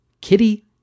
Kitty